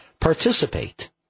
participate